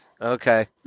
Okay